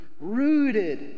rooted